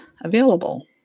available